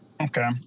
okay